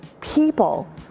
people